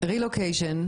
רילוקיישן.